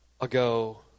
ago